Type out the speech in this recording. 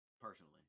Personally